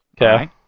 Okay